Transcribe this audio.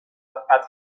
قطعا